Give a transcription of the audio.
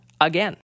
again